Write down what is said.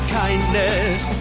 kindness